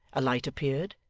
a light appeared,